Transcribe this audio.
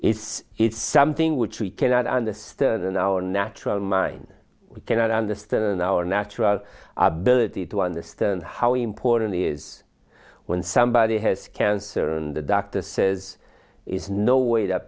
is it something which we cannot understand in our natural mind we cannot understand our natural ability to understand how important it is when somebody has cancer and the doctor says is no way that